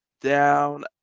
down